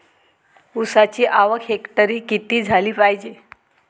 ऊसाची आवक हेक्टरी किती झाली पायजे?